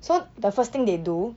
so the first thing they do